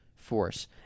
Force